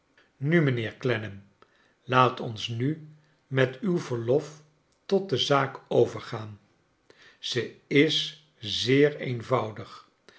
nu mijnheer clennam laat ons nu met uw verlof tot de zaak overgaan ze is zeer eenvoudig